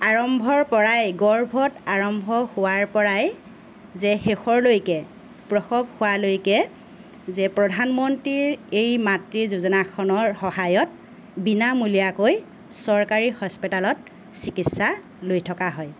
আৰম্ভৰ পৰাই গৰ্ভত আৰম্ভ হোৱাৰ পৰাই যে শেষৰলৈকে প্ৰসৱ হোৱালৈকে যে প্ৰধানমন্ত্ৰীৰ এই মাতৃৰ যোজনাখনৰ সহায়ত বিনামূলীয়াকৈ চৰকাৰী হস্পিটালত চিকিৎসা লৈ থকা হয়